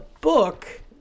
book